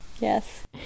Yes